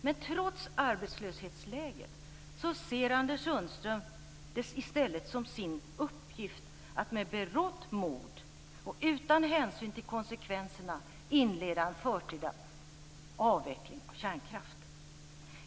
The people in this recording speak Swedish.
Men trots arbetslöshetsläget ser Anders Sundström det i stället som sin uppgift att med berått mod och utan hänsyn till konsekvenserna inleda en förtida avveckling av kärnkraft.